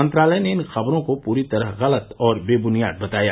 मंत्रालय ने इन खबरों को पूरी तरह गलत और बे बुनियाद बताया